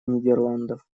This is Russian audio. нидерландов